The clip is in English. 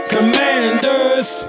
Commanders